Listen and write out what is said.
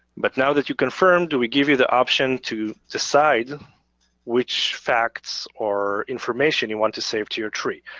but now that you confirmed we give you the option to decide which facts or information you want to save to your tree.